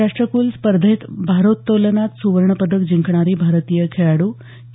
राष्ट्रक्ल स्पर्धेत भारोत्तोलनात स्वर्णपदक जिंकणारी भारतीय खेळाडू के